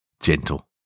gentle